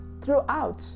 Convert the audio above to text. throughout